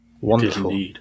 Wonderful